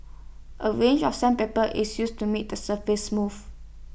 A range of sandpaper is used to make the surface smooth